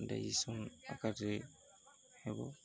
digestion ହେବ